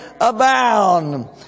abound